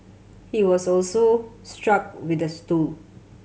he was also struck with a stool